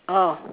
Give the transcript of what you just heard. oh